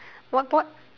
what pod